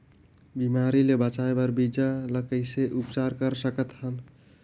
बिमारी ले बचाय बर बीजा ल कइसे उपचार कर सकत हन?